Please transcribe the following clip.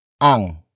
ang